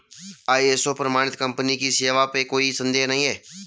ISO प्रमाणित company की सेवा पे कोई संदेह नहीं है